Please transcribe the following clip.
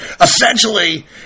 Essentially